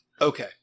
Okay